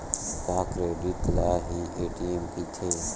का क्रेडिट ल हि ए.टी.एम कहिथे?